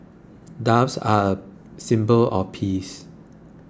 doves are a symbol of peace